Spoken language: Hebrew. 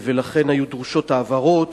ולכן היו דרושות ההבהרות.